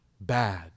bad